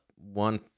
one